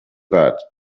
that